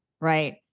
right